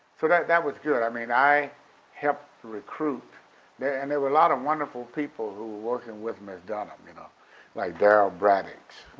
that was good. i mean i helped recruit and there were a lot of wonderful people who were working with miss dunham. you know like darryl braddix,